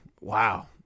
Wow